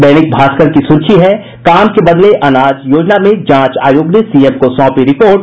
दैनिक भास्कर की सुर्खी है काम के बदले अनाज योजना में जांच आयोग ने सीएम को सौंपी रिपोर्ट